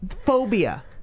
phobia